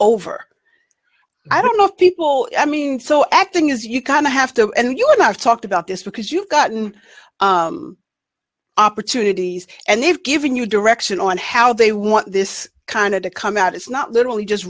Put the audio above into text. over i don't know people i mean so acting is you kind of have to and you have talked about this because you've gotten opportunities and they've given you direction on how they want this kind of to come out it's not literally just